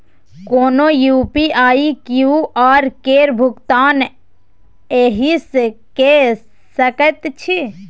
कोनो UPI QR केर भुगतान एहिसँ कए सकैत छी